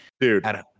Dude